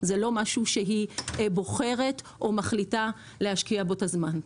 זה לא משהו שהיא בוחרת או מחליטה להשקיע בו את הזמן.